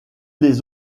les